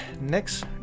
next